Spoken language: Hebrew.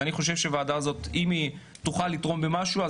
אז אני חושב שאם הוועדה הזאת תוכל לתרום במשהו,